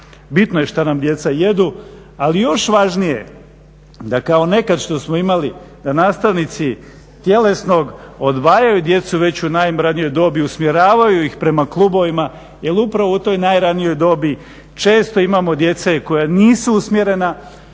bitno je što nam djeca jedu, ali još važnije da kao nekad što smo imali, da nastavnici tjelesnog odvajaju djecu već u najranijoj dobi, usmjeravaju ih prema klubovima jer upravo u toj najranijoj dobi često imamo djece koja nisu usmjerena,